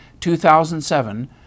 2007